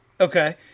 Okay